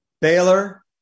Baylor –